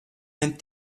and